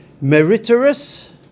meritorious